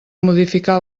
modificar